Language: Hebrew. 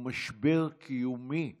הוא משבר קיומי עצום,